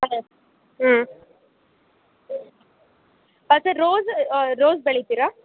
ಹಾಂ ಹ್ಞೂ ಹಾಂ ಸರ್ ರೋಝ್ ರೋಝ್ ಬೆಳಿತೀರಾ